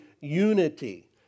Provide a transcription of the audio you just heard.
unity